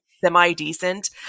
semi-decent